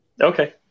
Okay